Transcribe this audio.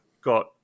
got